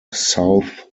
south